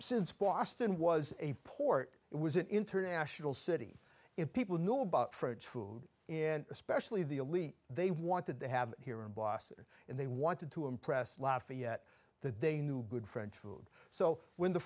since boston was a port it was an international city if people knew about food in especially the elite they wanted to have it here in boston and they wanted to impress lafayette that they knew good french food so when the